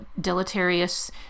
deleterious